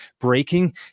breaking